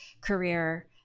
career